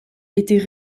étaient